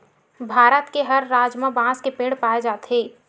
भारत के हर राज म बांस के पेड़ पाए जाथे